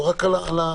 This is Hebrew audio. לא רק על הקורונה.